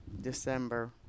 December